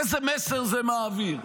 איזה מסר זה מעביר?